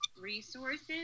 resources